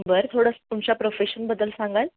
बरं थोडंसं तुमच्या प्रोफेशनबद्दल सांगाल